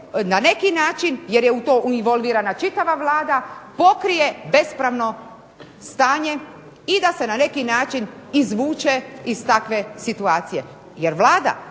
na neki način, jer je u to involvirana čitava Vlada, pokrije bespravno stanje i da se na neki način izvuče iz takve situacije? Jer Vlada,